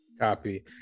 Copy